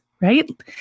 Right